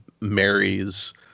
marries